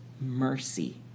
mercy